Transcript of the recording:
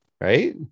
right